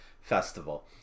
festival